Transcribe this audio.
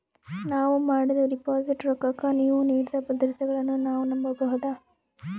ನಾವು ಮಾಡಿದ ಡಿಪಾಜಿಟ್ ರೊಕ್ಕಕ್ಕ ನೀವು ನೀಡಿದ ಭದ್ರತೆಗಳನ್ನು ನಾವು ನಂಬಬಹುದಾ?